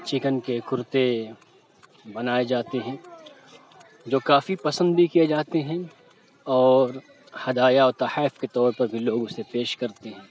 chicken کے کرتے بنائے جاتے ہیں جو کافی پسند بھی کیے جاتے ہیں اور ہدایہ و تحائف کے طور پر بھی لوگ اسے پیش کرتے ہیں